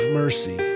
mercy